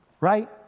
Right